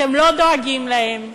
אתם לא דואגים להם,